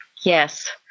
Yes